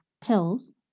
pills